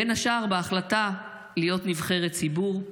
בין השאר בהחלטה להיות נבחרת ציבור,